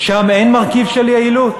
שם אין מרכיב של יעילות?